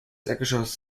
erdgeschoss